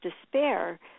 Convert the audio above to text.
despair